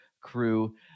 crew